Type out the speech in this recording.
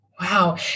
Wow